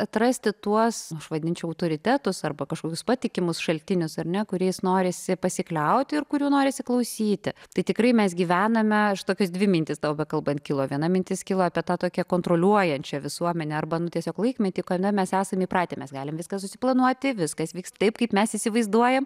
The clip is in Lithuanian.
atrasti tuos aš vadinčiau autoritetus arba kažkokius patikimus šaltinius ar ne kuriais norisi pasikliauti ir kurių norisi klausyti tai tikrai mes gyvename tokios dvi mintys tau bekalbant kilo viena mintis kilo apie tą tokia kontroliuojančią visuomenę arba tiesiog laikmetį kada mes esam įpratę mes galime viską susiplanuoti viskas vyks taip kaip mes įsivaizduojam